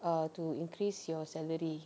err to increase your salary